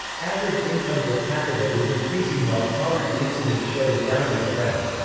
average income per capita was increasing while poverty incidence showed a downward trend.